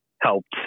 helped